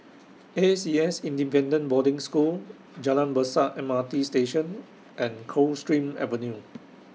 A C S Independent Boarding School Jalan Besar M R T Station and Coldstream Avenue